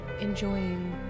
enjoying